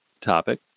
topic